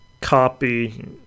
copy